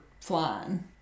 flying